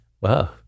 wow